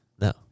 No